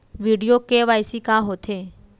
video KYC का होथे